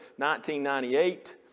1998